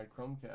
Chromecast